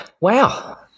Wow